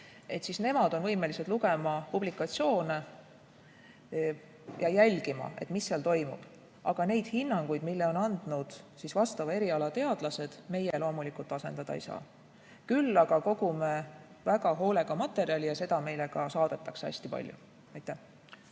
välja – nemad on võimelised lugema publikatsioone ja jälgima, mis seal toimub. Aga neid hinnanguid, mille on andnud vastava eriala teadlased, meie loomulikult asendada ei saa. Küll aga kogume väga hoolega materjali ja seda meile saadetakse hästi palju. Suur